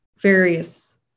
various